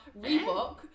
Reebok